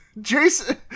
Jason